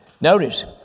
Notice